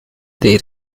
dei